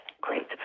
great